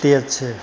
તે છે